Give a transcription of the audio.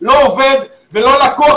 לא עובד ולא לקוח,